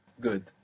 Good